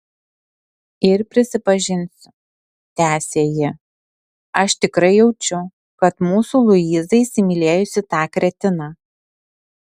ir prisipažinsiu tęsė ji aš tikrai jaučiu kad mūsų luiza įsimylėjusi tą kretiną